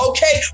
Okay